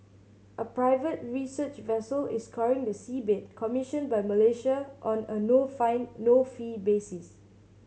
a private research vessel is scouring the seabed commissioned by Malaysia on a no find no fee basis